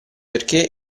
perché